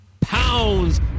Pounds